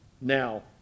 Now